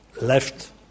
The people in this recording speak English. left